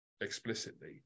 explicitly